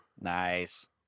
Nice